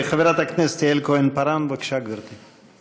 חברת הכנסת יעל כהן-פארן, בבקשה, גברתי.